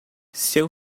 seu